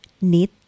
need